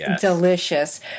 delicious